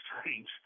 strange